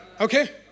Okay